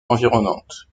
environnante